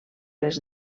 les